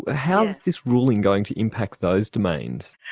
how is this ruling going to impact those domains?